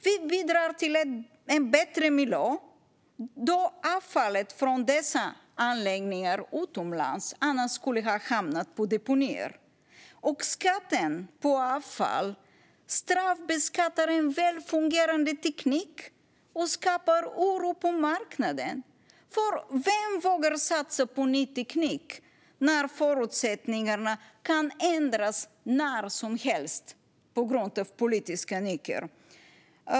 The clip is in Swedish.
Vi bidrar till en bättre miljö då avfallet från dessa anläggningar utomlands annars skulle ha hamnat på deponier. Skatten på avfall straffbeskattar en välfungerande teknik och skapar oro på marknaden. Vem vågar satsa på ny teknik när förutsättningarna kan ändras när som helst på grund av politiska nycker?